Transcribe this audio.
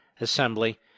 assembly